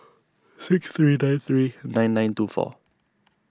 six three nine three nine nine two four